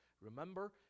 remember